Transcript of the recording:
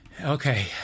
Okay